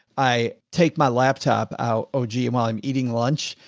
i take my laptop out. oh gee. and while i'm eating lunch,